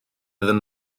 iddyn